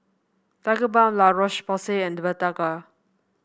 Tigerbalm La Roche Porsay and Blephagel